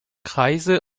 kreise